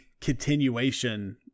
continuation